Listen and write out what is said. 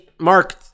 Mark